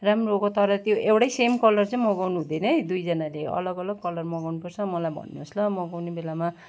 राम्रो भएको तर त्यो एउटै सेम कलर चाहिँ मगाउनु हुँदैन है दुईजनाले अलग अलग कलर मगाउनु पर्छ मलाई भन्नुहोस् ल मगाउने बेलामा